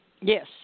yes